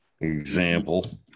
example